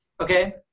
okay